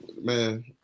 man